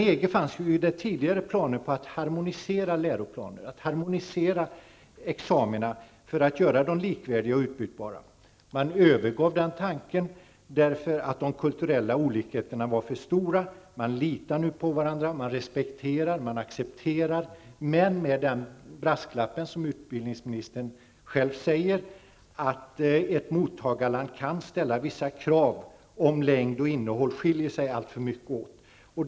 I EG fanns det tidigare planer på att harmonisera läroplaner och examina för att göra dem likvärdiga och utbyttbara, men man övergav den tanken, därför att de kulturella olikheterna var för stora. Man litar nu på varandra, man respekterar och man accepterar, men med den brasklapp som utbildningsministern själv nämner, dvs. att ett mottagarland kan ställa vissa krav om det är alltför stora skillnader i fråga om utbildningens längd och innehåll.